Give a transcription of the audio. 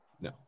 No